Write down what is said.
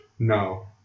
No